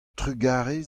trugarez